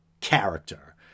character